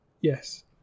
Yes